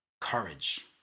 Courage